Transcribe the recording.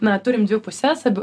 na turim dvi puses abi